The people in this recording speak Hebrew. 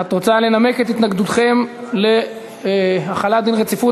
את רוצה לנמק את התנגדותכם להחלת דין רציפות